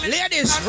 Ladies